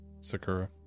Sakura